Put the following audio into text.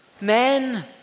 Men